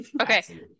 Okay